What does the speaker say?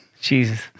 Jesus